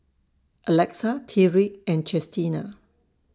Alexa Tyrik and Chestina